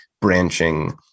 branching